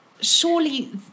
surely